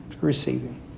receiving